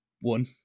one